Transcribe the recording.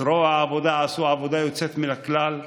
בזרוע העבודה עשו עבודה יוצאת מן הכלל.